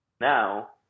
now